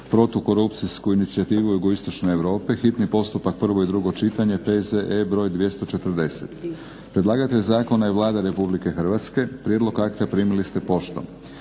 protukorupcijsku inicijativu Jugoistočne Europe, hitni postupak, prvo i drugo čitanje, PZ br. 240 Predlagatelj zakona je Vlada RH. Prijedlog akta primili ste poštom.